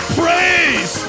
praise